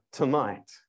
tonight